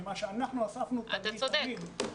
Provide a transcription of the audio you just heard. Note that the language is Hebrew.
אתה צודק.